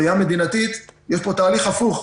ראייה מדינתית יש פה תהליך הפוך.